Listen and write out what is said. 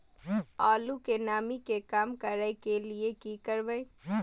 आलू के नमी के कम करय के लिये की करबै?